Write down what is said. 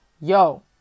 yo